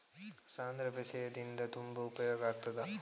ಸಾಂಧ್ರ ಬೇಸಾಯದಿಂದ ತುಂಬಾ ಉಪಯೋಗ ಆಗುತ್ತದಾ?